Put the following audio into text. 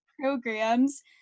programs